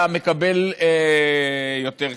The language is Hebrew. אתה מקבל יותר כסף.